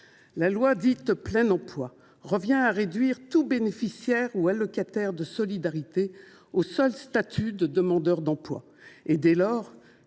« pour le plein emploi » revient à réduire tout bénéficiaire ou allocataire de solidarité au seul statut de demandeur d’emploi. Dès lors,